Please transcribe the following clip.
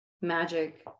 magic